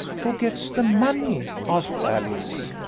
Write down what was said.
who gets the money? asked alice.